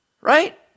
Right